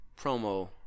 promo